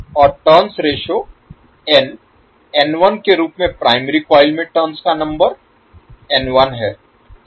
और turns ratio n के रूप में प्राइमरी कॉइल में टर्न्स का नंबर N1 है